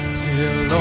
till